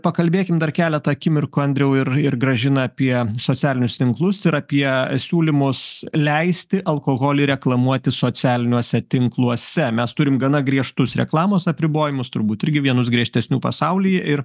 pakalbėkim dar keletą akimirkų andriau ir ir gražina apie socialinius tinklus ir apie siūlymus leisti alkoholį reklamuotis socialiniuose tinkluose mes turim gana griežtus reklamos apribojimus turbūt irgi vienus griežtesnių pasauly ir